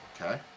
Okay